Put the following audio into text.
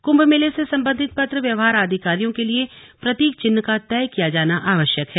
कुंभ मेले से सम्बन्धित पत्र व्यवहार आदि कार्यो के लिए प्रतीक चिह्न का तय किया जाना आवश्यक है